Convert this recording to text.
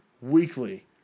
weekly